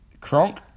Kronk